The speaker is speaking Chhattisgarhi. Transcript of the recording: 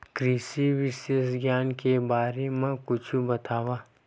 कृषि विशेषज्ञ के बारे मा कुछु बतावव?